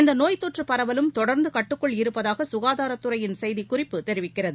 இந்தநோய்த் தொற்றுபரவலும் தொடர்ந்துகட்டுக்குள் இருப்பதாகக்காதாரத்துறையின் செய்திக்குறிப்பு தெரிவிக்கிறது